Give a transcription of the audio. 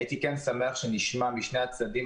הייתי שמח שנשמע משני הצדדים,